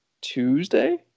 Tuesday